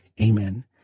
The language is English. Amen